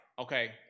okay